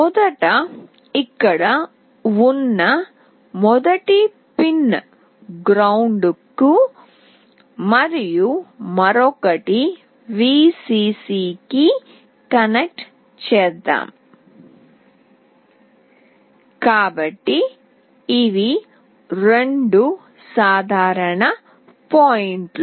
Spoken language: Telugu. మొదట ఇక్కడ ఉన్న మొదటి పిన్ను గ్రౌండ్ కి మరియు మరొకటి VCC కి కనెక్ట్ చేద్దాం కాబట్టి ఇవి రెండు సాధారణ పాయింట్లు